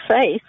face